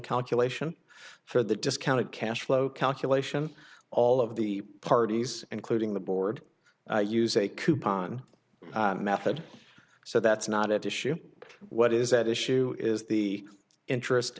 calculation for the discounted cash flow calculation all of the parties including the board use a coupon method so that's not at issue what is at issue is the interest